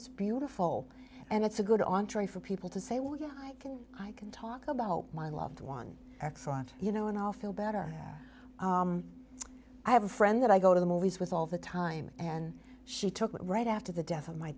it's beautiful and it's a good on trying for people to say well you know i can i can talk about my loved one excellent you know and i'll feel better i have a friend that i go to the movies with all the time and she took it right after the death of my